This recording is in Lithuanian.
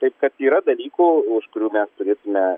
taip kad yra dalykų už kurių mes turėtume